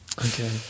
Okay